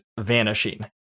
vanishing